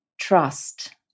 trust